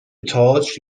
تئاتر